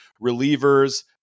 reliever's